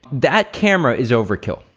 that camera is overkill,